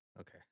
Okay